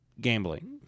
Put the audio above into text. Gambling